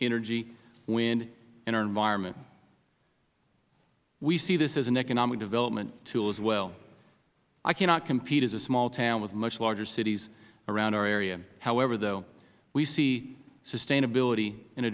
energy wind and our environment we see this as an economic development tool as well i cannot compete as a small town with much larger cities around our area however though we see sustainability in